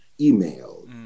email